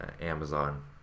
Amazon